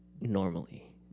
normally